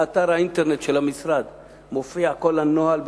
באתר האינטרנט של המשרד מופיע כל הנוהל,